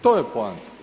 To je poanta.